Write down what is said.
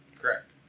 Correct